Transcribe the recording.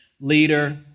leader